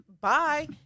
bye